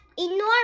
enormous